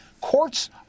courts